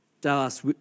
Dallas